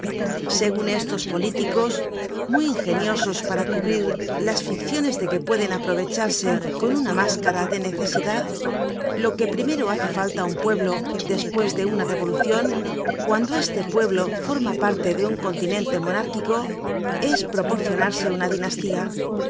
segun estos políticos muy ingeniosos para cubrir las ficciones de que pueden aprovecharse con una máscara de necesidad lo que primero hace falta á un pueblo despues de una revolucion cuando este pueblo forma parte de un continente monárquico es proporcionarse una dinastía